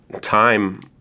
time